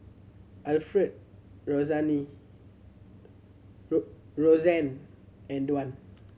Alfred Roseanne and Dwan